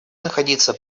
находиться